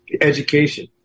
education